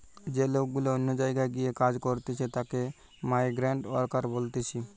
যে লোক গুলা অন্য জায়গায় গিয়ে কাজ করতিছে তাকে মাইগ্রান্ট ওয়ার্কার বলতিছে